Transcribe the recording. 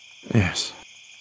Yes